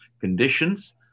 conditions